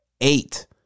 Eight